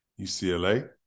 UCLA